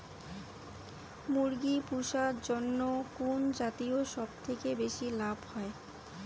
মুরগি পুষার জন্য কুন জাতীয় সবথেকে বেশি লাভ হয়?